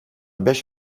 beş